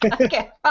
Okay